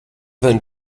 than